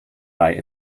high